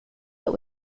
but